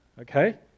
okay